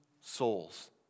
souls